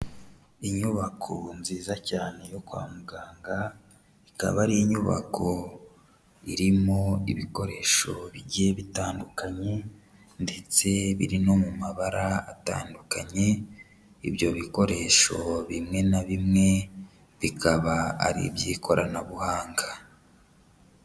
Inyubako nziza cyane yo kwa muganga, ikaba ari inyubako irimo ibikoresho bigiye bitandukanye ndetse biri no mu mabara atandukanye, ibyo bikoresho bimwe na bimwe, bikaba ari iby'ikoranabuhanga.